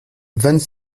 vingt